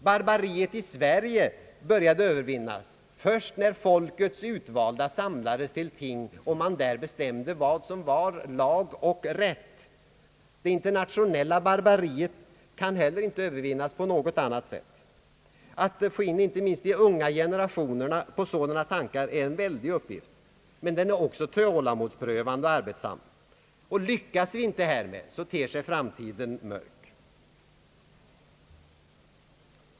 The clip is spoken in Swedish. Barbariet i Sverige började övervinnas först när folkets utvalda samlades till ting och bestämde vad som var lag och rätt. Det internationella barbariet kan inte heller övervinnas på annat sätt. Att få in inte minst de unga generationerna på sådana tankar är en väldig uppgift, men den är också tålamodsprövande och arbetsam. Lyckas vi inte härmed, ter sig framtiden mörk.